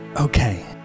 okay